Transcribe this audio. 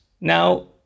now